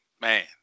man